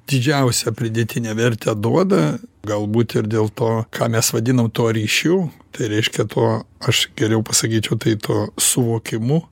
didžiausią pridėtinę vertę duoda galbūt ir dėl to ką mes vadinam tuo ryšiu tai reiškia tuo aš geriau pasakyčiau tai tuo suvokimu